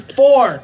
four